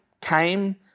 came